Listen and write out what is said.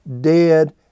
dead